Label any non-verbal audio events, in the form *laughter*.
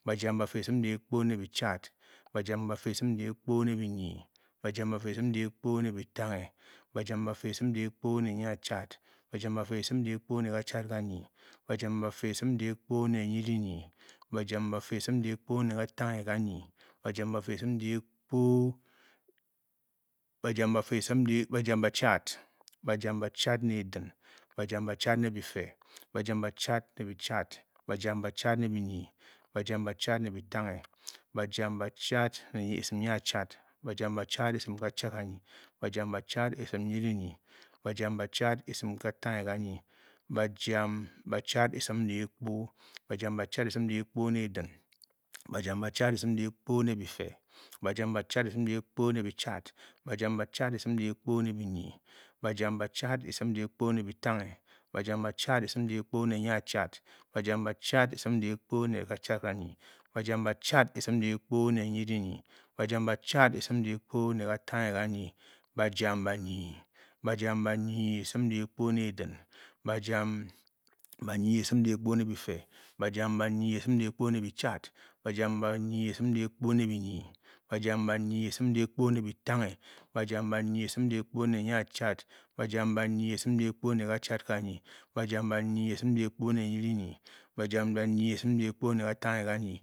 Bajam bafe esim dehkpo ne bichad. bajam bafe esim dehkpo ne binyi. bajam bafe esim dehkpo ne bitanghe. bajam bafe esim dehkpo ne nyiachad. bajam bafe esim dehkpo ne achadganyi. bajam bafe esim dehkpo ne nyirinyi. bajam bafe esim dehkpo ne katanghe ganyi. *unintelligible* bajam bachad. bajam bachad ne din. bajam bachad ne bife. bajam bachad ne bichad. bajam bachad ne binyi. bajam bachad ne bitanghe. bajam bachad esim nyiaachad. bajam bachad esim kachadganyi. bajam bachad esim nyininyi. bajam bachad esim katanghe ganyi. bajam bachad esim dehkpo. bajam bachad esim dehkpo ne din. bajam bachad esim dehkpo ne bife. bajam bachad esim dehkpo ne bichad. bajam bachad esim dehkpo ne binyi. bajam bachad esim dehkpo ne btanghe. bajam bachad esim dehkpo ne kachadganyi. bajam bachad esim dehkpo ne nyirinyi. bajam bachad esim dehkpo ne katanghega. bajam banyi. bajam banyi esim dehkpo ne din. bajam banyi esim dehkpo ne bife. bajam banyi esim dehkpo ne bichad. bajam banyi esim dehkpo ne binyi. bajam banyi esim dehkpo ne bitanghe. bajam banyi esim dehkpo nyiachad. bajam banyi esim dehkpo ne kachadganyi. bajam banyi esim dehkpo ne nyiniyi bajam batanghe. bajam batanghe ne din.